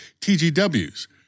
TGWs